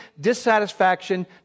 dissatisfaction